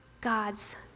God's